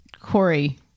Corey